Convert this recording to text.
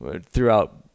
Throughout